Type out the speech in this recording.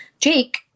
Jake